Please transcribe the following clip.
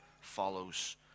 follows